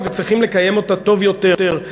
וצריכים לקיים אותה טוב יותר.